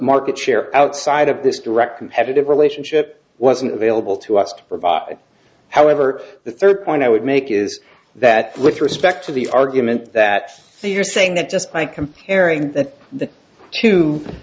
market share outside of this direct competitive relationship wasn't available to us to provide however the third point i would make is that with respect to the argument that these are saying that just by comparing th